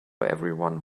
everyone